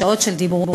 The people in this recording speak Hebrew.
שעות של דיבורים,